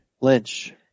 Lynch